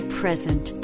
present